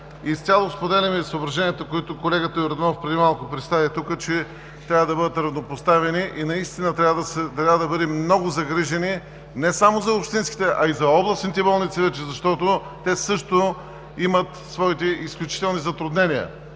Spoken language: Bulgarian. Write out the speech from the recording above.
Изцяло споделяме съображенията, които колегата Йорданов преди малко представи тук, че трябва да бъдат равнопоставени и наистина трябва да бъдем много загрижени не само за общинските, а и за областните болници вече, защото те също имат своите изключителни затруднения